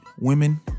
women